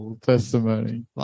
Testimony